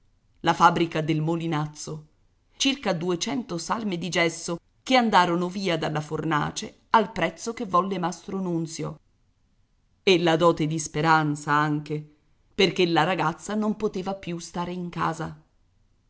la fabbrica del molinazzo circa duecento salme di gesso che andarono via dalla fornace al prezzo che volle mastro nunzio e la dote di speranza anche perché la ragazza non poteva più stare in casa